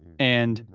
and,